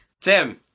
Tim